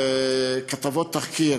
כתבות תחקיר